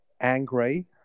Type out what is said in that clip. Angry